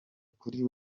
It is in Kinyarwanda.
kuri